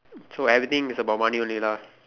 so everything is about money only lah